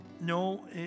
no